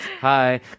hi